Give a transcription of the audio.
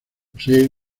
posee